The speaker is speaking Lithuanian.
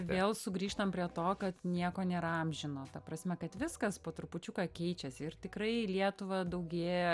vėl sugrįžtam prie to kad nieko nėra amžino ta prasme kad viskas po trupučiuką keičiasi ir tikrai į lietuvą daugėja